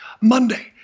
Monday